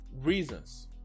reasons